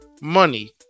money